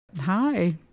Hi